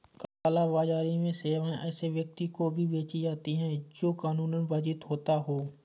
काला बाजारी में सेवाएं ऐसे व्यक्ति को भी बेची जाती है, जो कानूनन वर्जित होता हो